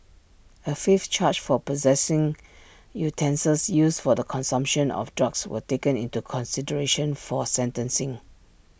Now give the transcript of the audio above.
A fifth charge for possessing utensils used for the consumption of drugs was taken into consideration for sentencing